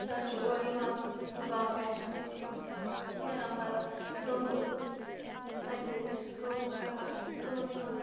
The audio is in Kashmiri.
سُہ حظ چھِ اورٕ یِوان دُکان پٮ۪ٹھ نیران پَتہٕ سوٚوُر تَتہِ حظ چھِ سُہ کٲم کَران تورٕ یِوان